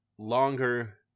longer